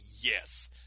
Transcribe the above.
Yes